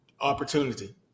opportunity